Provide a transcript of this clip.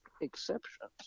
exceptions